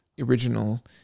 original